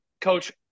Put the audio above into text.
Coach